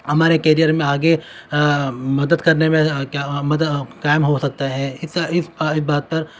ہمارے کیریئر میں آگے مدد کرنے میں ٹائم ہو سکتا ہے اس بات پر